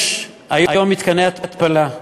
יש היום מתקני התפלה,